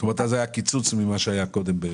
זאת אומרת, אז היה קיצוץ ממה היה קודם.